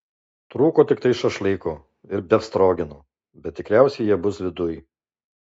trūko tiktai šašlyko ir befstrogeno bet tikriausiai jie bus viduj